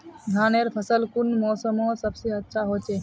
धानेर फसल कुन मोसमोत सबसे अच्छा होचे?